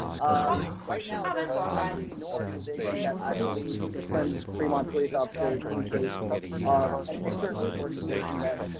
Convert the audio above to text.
um right now there's absolutely no organization that actually disciplines fremont police officers in case of an external organization that